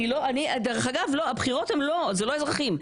דרך אגב, אלה לא אזרחים.